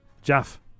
Jaff